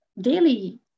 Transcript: daily